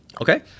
Okay